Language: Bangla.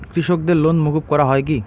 কৃষকদের লোন মুকুব করা হয় কি?